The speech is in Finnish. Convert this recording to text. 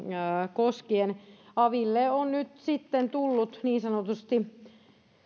koskien aville on nyt sitten niin sanotusti